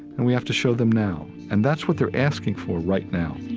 and we have to show them now. and that's what they're asking for right now